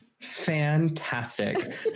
fantastic